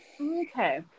Okay